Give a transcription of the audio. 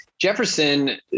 Jefferson